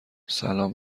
سلام